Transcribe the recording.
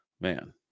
man